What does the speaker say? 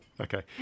Okay